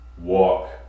walk